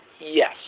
yes